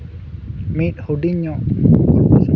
ᱢᱤᱫ ᱦᱩᱰᱤᱧ ᱧᱚᱜ